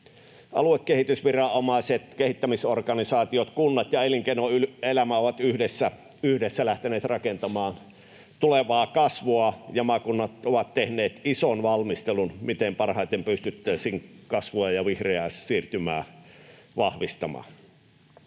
Aluekehitysviranomaiset, kehittämisorganisaatiot, kunnat ja elinkeinoelämä ovat yhdessä lähteneet rakentamaan tulevaa kasvua, ja maakunnat ovat tehneet ison valmistelun siinä, miten parhaiten pystyttäisiin kasvua ja vihreää siirtymää vahvistamaan.